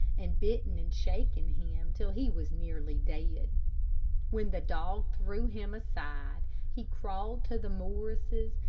and bitten and shaken him till he was nearly dead. when the dog threw him aside, he crawled to the morrises,